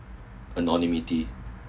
anonymity